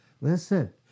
Listen